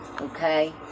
Okay